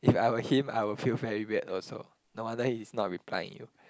if I were him I will feel very weird also no wonder he's not replying you